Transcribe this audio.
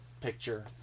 picture